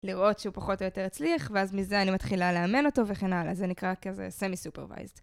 לראות שהוא פחות או יותר הצליח, ואז מזה אני מתחילה לאמן אותו וכן הלאה, זה נקרא כזה סמי סופרוויזד.